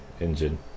engine